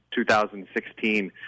2016